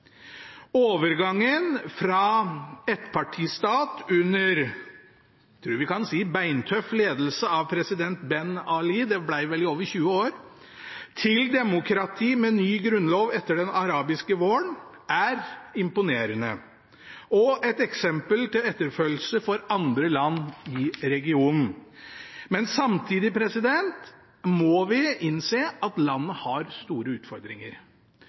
Overgangen fra ettpartistat under, jeg tror vi kan si, beintøff ledelse av president Ben Ali – det ble vel over 20 år – til demokrati med ny grunnlov etter den arabiske våren er imponerende og et eksempel til etterfølgelse for andre land i regionen. Men samtidig må vi innse at landet har store utfordringer.